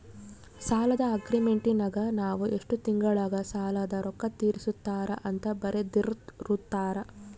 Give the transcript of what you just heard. ಸಾಲದ್ದು ಅಗ್ರೀಮೆಂಟಿನಗ ನಾವು ಎಷ್ಟು ತಿಂಗಳಗ ಸಾಲದ ರೊಕ್ಕ ತೀರಿಸುತ್ತಾರ ಅಂತ ಬರೆರ್ದಿರುತ್ತಾರ